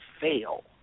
fail